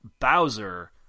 Bowser